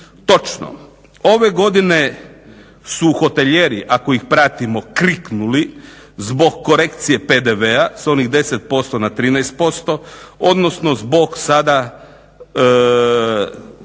Točno. Ove godine su hotelijeri ako ih pratimo kriknuli zbog korekcije PDV-a s onih 10% na 13% odnosno zbog sada